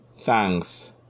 thanks